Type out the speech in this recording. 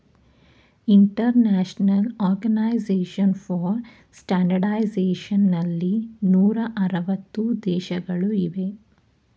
international organization for standardization ನಲ್ಲಿ ನೂರ ಅರವತ್ತು ವಿದೇಶಗಳು ಇವೆ